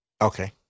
okay